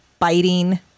biting